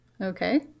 Okay